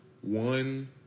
One